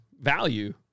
value